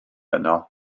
yno